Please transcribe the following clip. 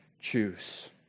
choose